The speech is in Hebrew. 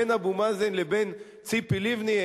בין אבו מאזן לבין ציפי לבני?